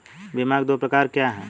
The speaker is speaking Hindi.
बीमा के दो प्रकार क्या हैं?